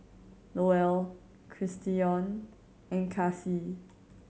Lowell Christion and Kassie